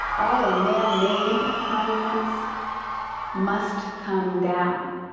all the man-made monuments must come down.